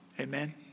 Amen